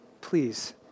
please